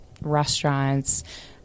restaurants